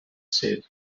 said